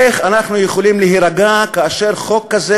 איך אנחנו יכולים להירגע כאשר חוק כזה